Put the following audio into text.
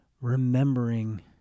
remembering